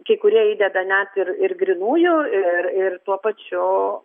kai kurie įdeda net ir ir grynųjų ir ir tuo pačiu